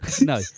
no